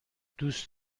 دوست